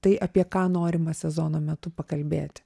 tai apie ką norima sezono metu pakalbėti